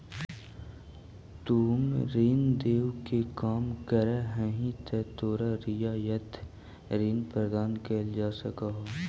तुम ऋण देवे के काम करऽ हहीं त तोरो रियायत ऋण प्रदान कैल जा सकऽ हओ